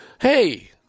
Hey